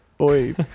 Oi